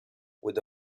with